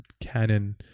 Canon